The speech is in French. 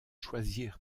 choisir